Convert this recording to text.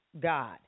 god